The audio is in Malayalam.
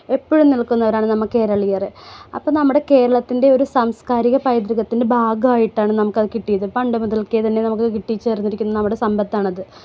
എപ്പോഴും നിൽക്കുന്നവരാണ് നമ്മൾ കേരളീയർ അപ്പം നമ്മുടെ കേരളത്തിൻ്റെ ഒരു സാംസ്കാരിക പൈതൃകത്തിൻ്റെ ഭാഗായിട്ടാണ് നമുക്ക് അത് കിട്ടിയത് പണ്ട് മുതൽക്കേ തന്നെ നമുക്ക് കിട്ടിച്ചേർന്ന് ഇരിക്കുന്ന നമ്മുടെ സമ്പത്താണ് അത്